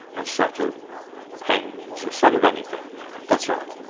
a set of pens, a set of anything really. that's right.